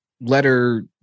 letter